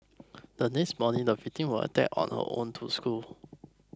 the next morning the victim was attacked on her own to school